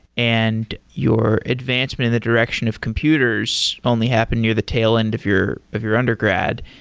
and your advancement in the direction of computers only happened near the tail end of your of your undergrad.